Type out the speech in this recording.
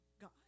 God